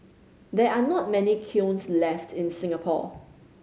there are not many kilns left in Singapore